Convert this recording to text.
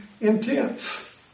intense